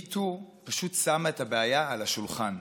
MeToo פשוט שמה את הבעיה על השולחן.